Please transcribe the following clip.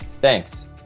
Thanks